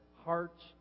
hearts